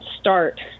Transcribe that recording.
start